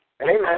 Amen